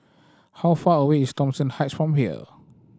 how far away is Thomson Heights from here